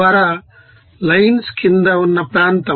ద్వారా లైన్స్ క్రింద ఉన్న ప్రాంతం